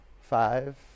Five